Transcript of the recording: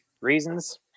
reasons